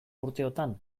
urteotan